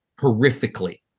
horrifically